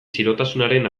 txirotasunaren